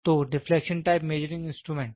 तो deflection type measuring instrument